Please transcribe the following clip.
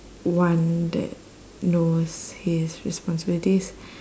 one that knows his responsibilities